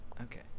okay